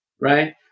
Right